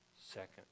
second